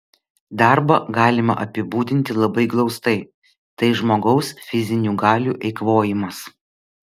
darbą galima apibūdinti labai glaustai tai žmogaus fizinių galių eikvojimas